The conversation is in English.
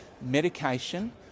medication